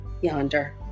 Yonder